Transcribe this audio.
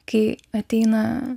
kai ateina